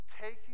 taking